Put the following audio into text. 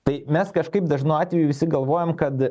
tai mes kažkaip dažnu atveju visi galvojam kad